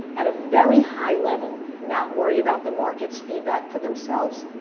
at a very high level, not worry about the market's feedback to themselves,